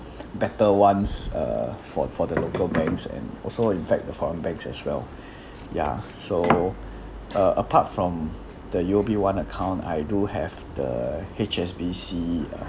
better ones uh for for the local banks and also in fact the foreign banks as well ya so uh apart from the U_O_B one account I do have the H_S_B_C uh